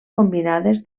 combinades